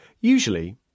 Usually